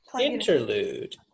Interlude